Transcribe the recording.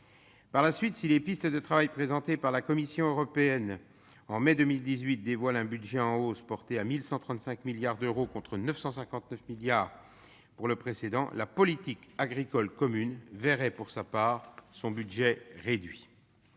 Par la suite, si les pistes de travail présentées par la Commission européenne en mai 2018 dévoilent un budget en hausse, porté à 1 135 milliards d'euros contre 959 milliards pour le précédent, la politique agricole commune verrait, pour sa part, son budget réduit.